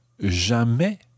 jamais